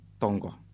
tongo